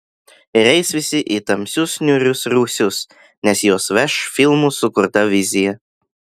ir eis visi į tamsius niūrius rūsius nes juos veš filmų sukurta vizija